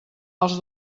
els